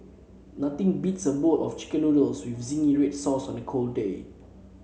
nothing beats a bowl of chicken noodles with zingy red sauce on a cold day